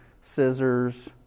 scissors